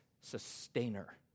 sustainer